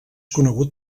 conegut